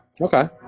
Okay